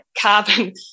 carbon